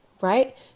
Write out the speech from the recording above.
right